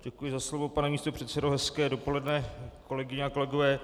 Děkuji za slovo, pane místopředsedo, hezké dopoledne, kolegyně a kolegové.